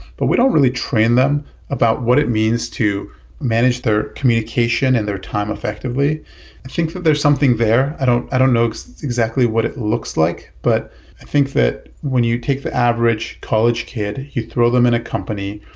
but we don't really train them about what it means to manage their communication and their time effectively i think that there's something there. i don't i don't know exactly what it looks like, but i think that when you take the average college kid, you throw them in a company,